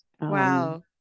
Wow